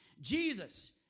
Jesus